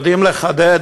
יודעים לחדד